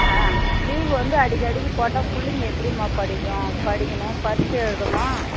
ஆ leave வந்து அடிக்கடிக்கு போட்டால் பிள்ளைங்க எப்படிம்மா படிக்கும் படிக்கணும் பரிட்சை எழுதணும்